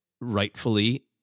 rightfully